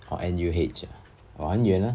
oh N_U_H !whoa! 很远 ah